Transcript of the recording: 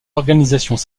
organisations